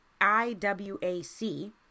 IWAC